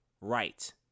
right